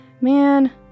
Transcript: man